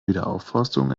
wiederaufforstung